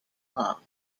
law